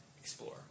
explore